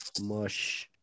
Mush